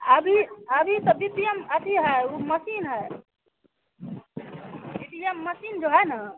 अभी अभी तो वी पी एम अथि है ऊ मसीन है ई बी एम मसीन जो है ना